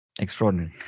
Extraordinary